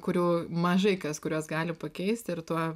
kurių mažai kas kuriuos gali pakeisti ir tuo